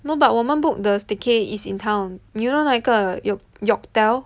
no but 我们 book the staycay is in town you know 那个 York~ Yorktel